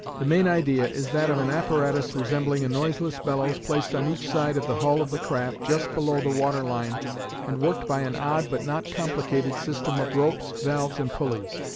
the main idea is that of an apparatus resembling a noiseless bellows placed on each side of the hull of the craft just below the water line and worked by an odd but not complicated system of ropes, valves, and pulleys.